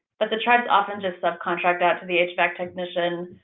but the tribes often just sub-contract out to the hvac technician.